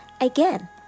again